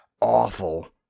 Awful